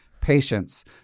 patience